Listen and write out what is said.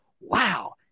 Wow